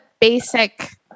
basic